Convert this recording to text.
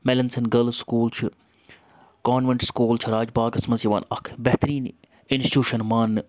Mallinson girls school چھِ convent school چھِ راج باغَس منٛز یِوان اَکھ بہتریٖن اِنسچوٗشَن ماننہٕ